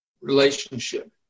relationship